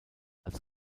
als